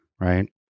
right